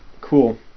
Cool